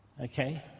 Okay